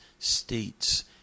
States